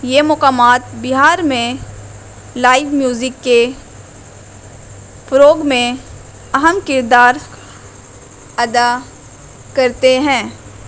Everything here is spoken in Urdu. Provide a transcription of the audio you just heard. یہ مقامات بہار میں لائیو میوزک کے فروغ میں اہم کردار ادا کرتے ہیں